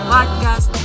Podcast